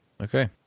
Okay